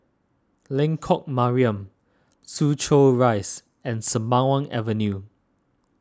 Lengkok Mariam Soo Chow Rise and Sembawang Avenue